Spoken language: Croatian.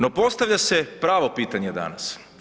No postavlja se pravo pitanje danas.